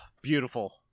beautiful